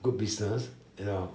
good business you know